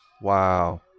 wow